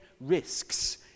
risks